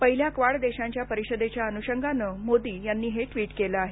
पहिल्या क्वाड देशांच्या परिषदेच्या अनुषंगानं मोदी यांनी ट्वीट केलं आहे